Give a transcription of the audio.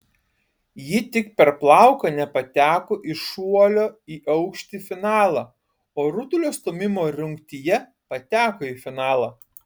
ji tik per plauką nepateko į šuolio į aukštį finalą o rutulio stūmimo rungtyje pateko į finalą